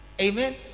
amen